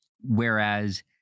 whereas